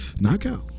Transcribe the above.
knockout